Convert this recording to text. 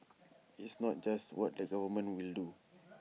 it's not just what the government will do